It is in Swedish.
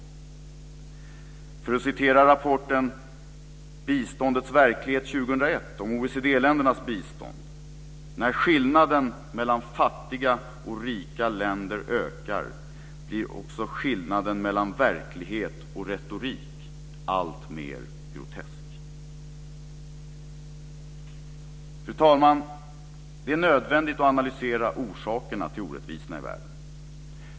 Låt mig referera till en rapport om biståndets verklighet 2001 och OECD-ländernas bistånd: När skillnaden mellan fattiga och rika länder ökar blir också skillnaden mellan verklighet och retorik alltmer grotesk. Fru talman! Det är nödvändigt att analysera orsakerna till orättvisorna i världen.